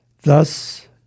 Thus